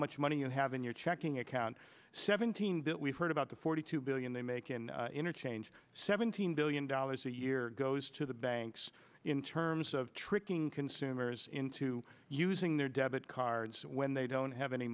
much money you have in your checking account seventeen that we've heard about the forty two billion they make in interchange seventeen billion dollars a year goes to the banks in terms of tricking consumers into using their debit cards when they don't have any